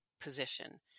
position